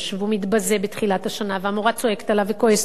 מתבזה בתחילת השנה והמורה צועקת עליו וכועסת עליו.